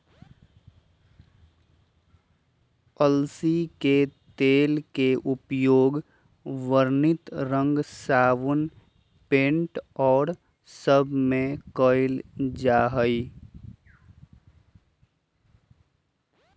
अलसी के तेल के उपयोग वर्णित रंग साबुन पेंट और सब में कइल जाहई